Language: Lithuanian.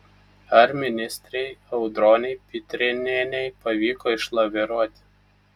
ar ministrei audronei pitrėnienei pavyko išlaviruoti